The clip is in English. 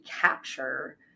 capture